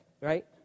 right